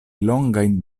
longajn